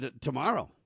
tomorrow